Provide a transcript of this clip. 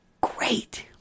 great